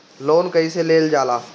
Loan कईसे लेल जाला?